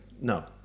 no